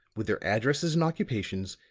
with their addresses and occupations,